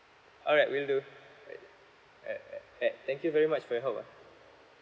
all right will do right right right right thank you very much for your help ah